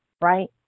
right